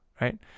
right